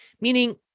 Meaning